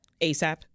ASAP